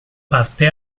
parte